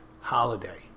holiday